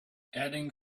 adding